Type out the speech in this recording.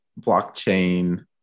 blockchain